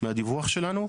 מהדיווח שלנו.